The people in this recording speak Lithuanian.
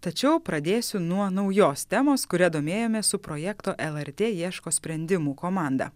tačiau pradėsiu nuo naujos temos kuria domėjomės su projekto lrt ieško sprendimų komanda